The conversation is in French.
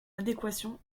adéquation